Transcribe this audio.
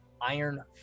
iron